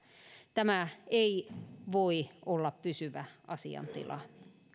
tämä ei voi olla pysyvä asiantila